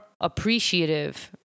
appreciative